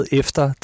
efter